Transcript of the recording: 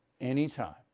anytime